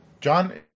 John